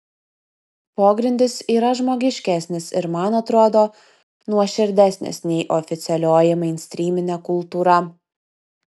pogrindis yra žmogiškesnis ir man atrodo nuoširdesnis nei oficialioji mainstryminė kultūra